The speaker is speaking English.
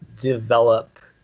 develop